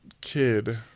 kid